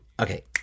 Okay